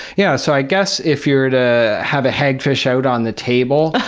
yeah. so i guess if you're to have a hagfish out on the table,